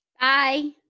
Bye